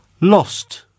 Lost